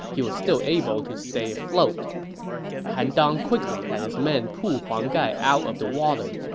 he was still able to stay afloat han dang quickly had his men pull huang gai out of the water.